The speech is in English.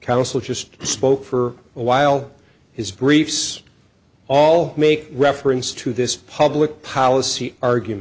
counsel just spoke for a while his briefs all make reference to this public policy argument